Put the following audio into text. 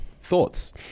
Thoughts